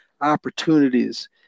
opportunities